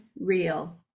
real